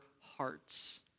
hearts